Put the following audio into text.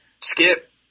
skip